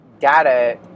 Data